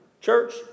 Church